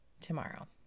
tomorrow